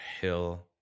hill